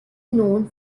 known